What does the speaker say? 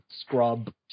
scrub